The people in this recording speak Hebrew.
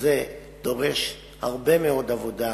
וזה דורש הרבה מאוד עבודה.